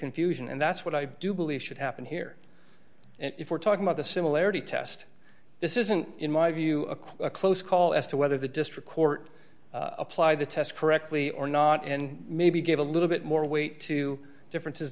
confusion and that's what i do believe should happen here if we're talking about the similarity test this isn't in my view a close call as to whether the district court apply the test correctly or not and maybe give a little bit more weight to differences